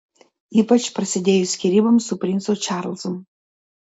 ypač prasidėjus skyryboms su princu čarlzu